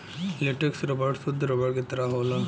latex rubber सुद्ध rubber के तरह होला